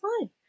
fine